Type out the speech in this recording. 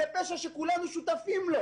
זה פשע שכולנו שותפים לו.